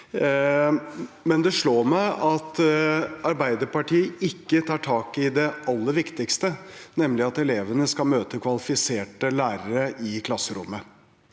men det slår meg at Arbeiderpartiet ikke tar tak i det aller viktigste, nemlig at elevene skal møte kvalifiserte lærere i klasserommet.